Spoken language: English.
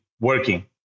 working